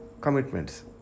Commitments